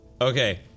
Okay